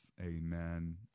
Amen